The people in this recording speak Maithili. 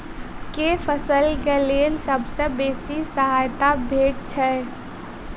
केँ फसल केँ लेल सबसँ बेसी सहायता भेटय छै?